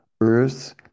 earth